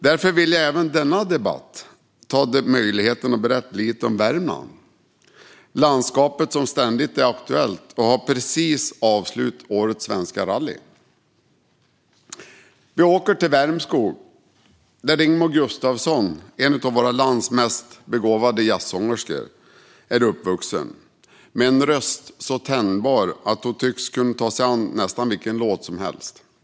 Därför vill jag även i denna debatt berätta lite grann om Värmland - landskapet som ständigt är aktuellt, och där årets svenska rally precis har avslutats. Vi åker till Värmskog där Rigmor Gustafsson, en av vårt lands mest begåvade jazzsångerskor, med en röst så tänjbar att hon tycks kunna ta sig an nästan vilken låt som helst, är uppvuxen.